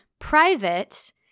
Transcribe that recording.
Private